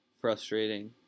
frustrating